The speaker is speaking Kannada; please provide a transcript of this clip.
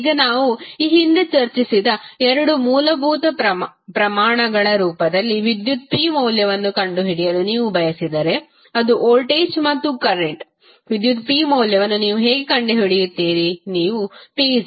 ಈಗ ನಾವು ಈ ಹಿಂದೆ ಚರ್ಚಿಸಿದ ಎರಡು ಮೂಲಭೂತ ಪ್ರಮಾಣಗಳ ರೂಪದಲ್ಲಿ ವಿದ್ಯುತ್ p ಮೌಲ್ಯವನ್ನು ಕಂಡುಹಿಡಿಯಲು ನೀವು ಬಯಸಿದರೆ ಅದು ವೋಲ್ಟೇಜ್ ಮತ್ತು ಕರೆಂಟ್ ವಿದ್ಯುತ್ p ಮೌಲ್ಯವನ್ನು ನೀವು ಹೇಗೆ ಕಂಡುಹಿಡಿಯುತ್ತೀರಿ